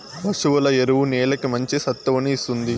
పశువుల ఎరువు నేలకి మంచి సత్తువను ఇస్తుంది